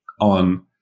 on